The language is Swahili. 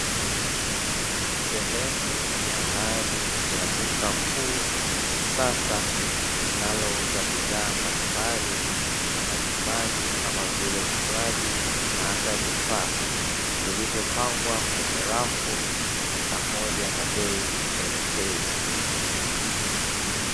Sehemu ya ndani ya duka kuu la kisasa linalouza bidhaa mbalimbali za majumbani kama vile vinywaji na hata vifaa, vilivyopangwa kwenye rafu pamoja na bei elekezi.